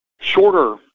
shorter